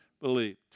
Believed